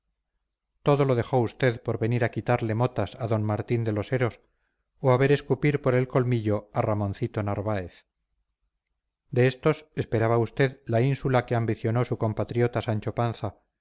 todo lo dejó usted por venir a quitarle motas a d martín de los heros o a ver escupir por el colmillo a ramoncito narváez de estos esperaba usted la ínsula que ambicionó su compatriota sancho panza